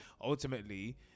ultimately